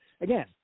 again